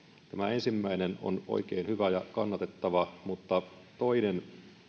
ensimmäinen on oikein hyvä ja kannatettava mutta toinen